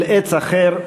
"אל עץ אחר",